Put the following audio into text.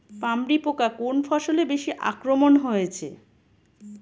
পামরি পোকা কোন ফসলে বেশি আক্রমণ হয়েছে?